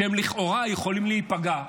שלכאורה הם יכולים להיפגע,